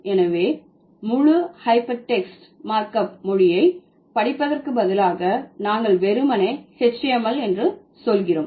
எனவே முழு hypertext markup மொழியை படிப்பதற்கு பதிலாக நாங்கள் வெறுமனே HTML என்று சொல்கிறோம்